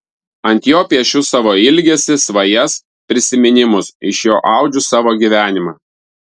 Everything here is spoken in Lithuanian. ant jo piešiu savo ilgesį svajas prisiminimus iš jo audžiu savo gyvenimą